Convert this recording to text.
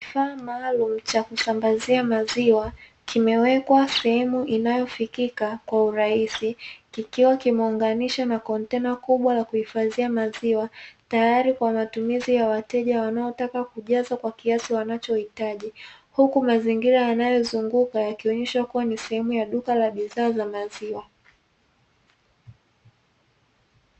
Kifaa maalumu cha kusambazia maziwa kimewekwa sehemu inayofikika kwa urahisi kikiwa kimeunganisha na kontena kubwa la kuhifadhia maziwa tayar kwa matumizi ya wateja wanaotaka kujaza kwa kiasi wanachohitaji, huku mazingira yanayozunguka yakionyesha kua ni sehemu ya duka la bidhaa za maziwa.